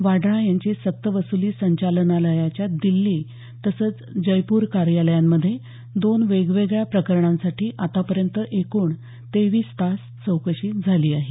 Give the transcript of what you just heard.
वाड्रा यांची सक्त वसुली संचालनालयाच्या दिल्ली तसंच जयपूर कार्यालयांमध्ये दोन वेवेगळ्या प्रकरणांसाठी आतापर्यंत एकूण तेवीस तास चौकशी झाली आहे